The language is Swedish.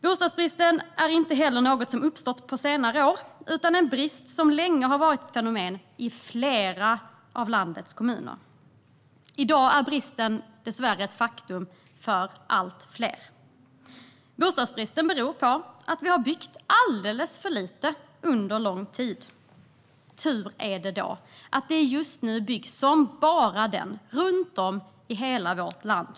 Bostadsbristen är inte heller något som uppstått på senare år utan en brist som länge har varit ett fenomen i flera av landets kommuner. I dag är bristen dessvärre ett faktum för allt fler. Bostadsbristen beror på att vi har byggt alldeles för lite under lång tid. Tur är det då att det just nu byggs som bara den runt om i hela vårt land.